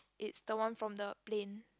it's the one from the plane